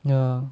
ya